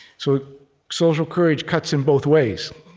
so social courage cuts in both ways,